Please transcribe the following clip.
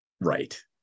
right